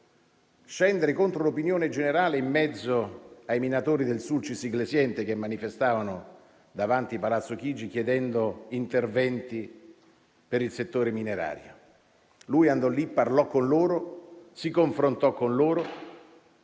scendere contro l'opinione generale in mezzo ai minatori del Sulcis-Iglesiente che manifestavano davanti Palazzo Chigi, chiedendo interventi per il settore minerario. Lui andò lì, parlò con loro e si confrontò con loro,